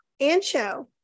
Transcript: Ancho